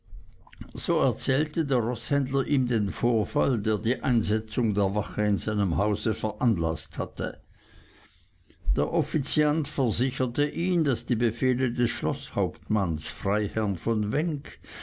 so erzählte der roßhändler ihm den vorfall der die einsetzung der wache in seinem hause veranlaßt hatte der offiziant versicherte ihn daß die befehle des schloßhauptmanns freiherrn von wenk